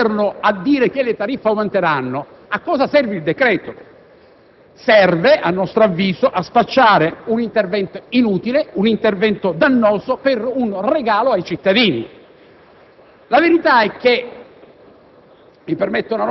se è lo stesso Governo a dire che le tariffe aumenteranno, a cosa serve il decreto? Serve, a nostro avviso, a spacciare un intervento inutile e dannoso per un regalo ai cittadini. *(Brusìo)*.